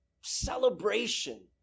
celebration